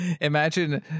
Imagine